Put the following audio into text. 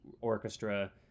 orchestra